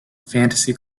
fantasy